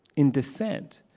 in dissent.